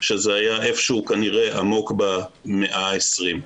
שזה היה איפשהו כנראה עמוק במאה ה-20.